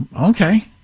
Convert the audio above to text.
okay